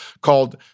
called